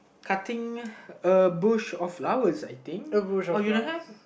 cutting a bush of flowers I think uh you don't have